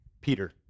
Peter